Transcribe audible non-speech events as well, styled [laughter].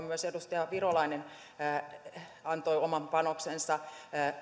[unintelligible] myös edustaja virolainen on antanut oman panoksensa